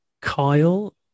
Kyle